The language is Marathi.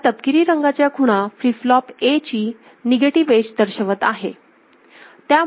ह्या तपकीरी रंगाच्या खुणा फ्लिप फ्लॉप A ची निगेटिव्ह एज दर्शवत आहेत